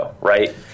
right